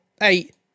eight